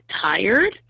tired